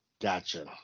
Gotcha